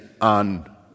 on